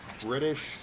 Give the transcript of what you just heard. British